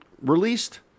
Released